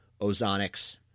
Ozonics